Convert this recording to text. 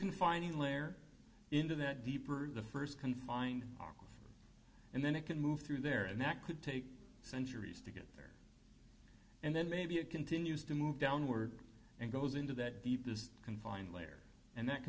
confining lair into that deep or the first confined and then it can move through there and that could take centuries to get and then maybe it continues to move downward and goes into that the confined layer and that